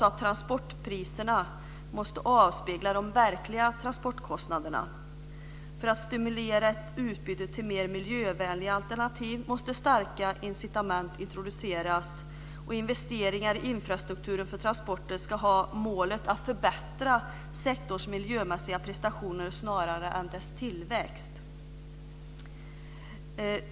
Transportpriserna måste avspegla de verkliga transportkostnaderna. För att stimulera ett utbyte till mer miljövänliga alternativ måste starka incitament introduceras. Investeringar i infrastrukturen för transporter ska ha målet att förbättra sektorns miljömässiga prestationer snarare än dess tillväxt.